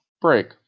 Break